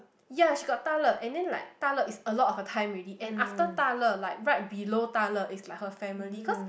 ya she got Da-Le and then like Da-Le is a lot of her time already and after Da-Le like right below Da-Le is like her family cause